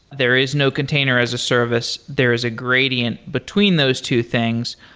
there is no container as a service. there is a gradient between those two things,